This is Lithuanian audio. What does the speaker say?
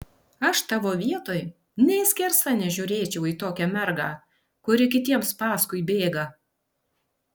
aš tavo vietoj nė skersa nepažiūrėčiau į tokią mergą kuri kitiems paskui bėga